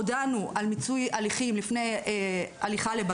הודענו על מיצוי הליכים לפני הליכה לבג"ץ.